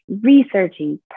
researching